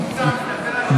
כהצעת הוועדה, נתקבלו.